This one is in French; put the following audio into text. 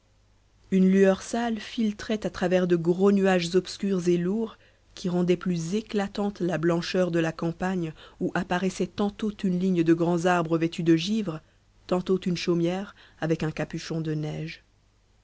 une lueur sale filtrait à travers de gros nuages obscurs et lourds qui rendaient plus éclatante la blancheur de la campagne où apparaissaient tantôt une ligne de grands arbres vêtus de givre tantôt une chaumière avec un capuchon de neige